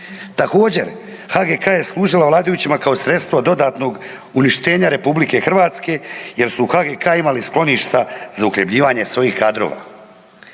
Također HGK-a je služila vladajućima kao sredstvo dodatnog uništenja Republike Hrvatske jer su u HGK-a imali skloništa za uhljebljivanje svojih kadrova.